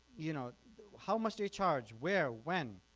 you know how much they charge where, when,